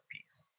Peace